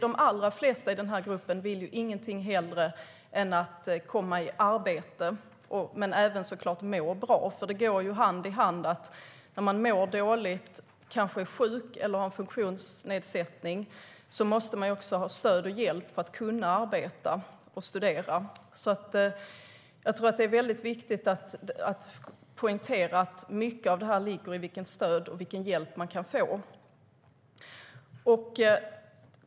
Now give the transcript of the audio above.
De allra flesta i gruppen vill ingenting hellre än att komma i arbete men även att må bra. Det går hand i hand. När människor mår dåligt, kanske är sjuka eller har en funktionsnedsättning måste de också ha stöd och hjälp för att kunna arbeta och studera. Det är väldigt viktigt att poängtera att mycket av detta ligger i vilket stöd och vilken hjälp de kan få.